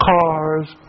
cars